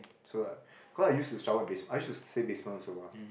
so like cause I used to shower in I used to stay basement also mah